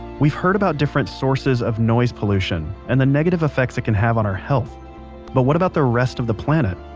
we've heard about different sources of noise pollution and the negative effects it can have on our health but what about the rest of the planet?